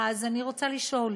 אז אני רוצה לשאול,